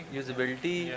usability